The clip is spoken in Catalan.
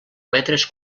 metres